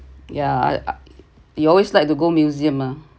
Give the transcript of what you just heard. yeah you always like to go museum ah